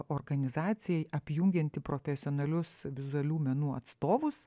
organizacija apjungianti profesionalius vizualių menų atstovus